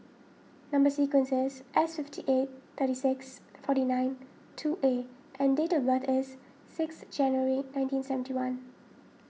Number Sequence is S fifty eight thirty six forty nine two A and date of birth is six January nineteen seventy one